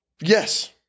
Yes